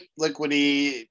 liquidy